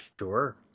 Sure